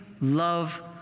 love